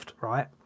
right